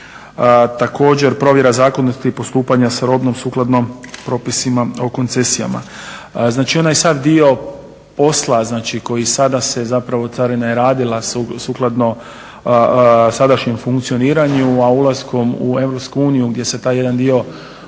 također provjera zakonitosti i postupanja s robom sukladno propisima o koncesijama. Znači onaj sav dio posla koji se sada carina je radila sukladno sadašnjem funkcioniranju a ulaskom u Europsku uniju gdje se taj jedan dio polova